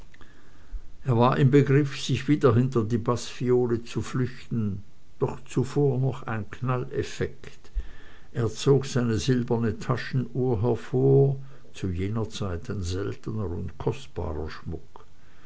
er war im begriff sich wieder hinter die baßviole zu flüchten doch zuvor noch ein knalleffekt er zog seine silberne taschenuhr hervor zu jener zeit ein seltener und kostbarer schmuck